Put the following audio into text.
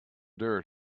dirt